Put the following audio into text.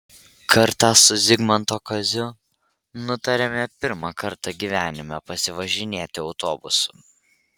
kartą su zigmanto kaziu nutarėme pirmą kartą gyvenime pasivažinėti autobusu